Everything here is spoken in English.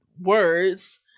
words